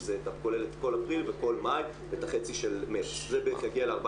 שזה כולל את כל אפריל ואת כל מאי ואת החצי של מרץ זה בערך מגיע ל-14,